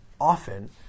often